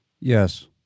Yes